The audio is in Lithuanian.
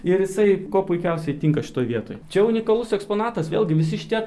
ir jisai kuo puikiausiai tinka šitoj vietoj čia unikalus eksponatas vėlgi visi šitie